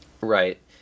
Right